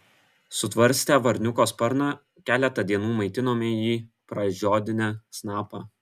sutvarstę varniuko sparną keletą dienų maitinome jį pražiodinę snapą